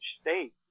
state